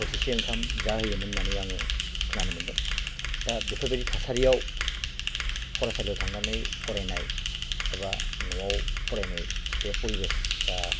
बोथिसे ओंखाम जाहोयोमोन होननानै आङो खोनानो मोन्दों दा बेफोबादि थासारियाव फरायसालियाव थांनानै फरायनाय एबा न'आव फरायनाय बे परिबेसआ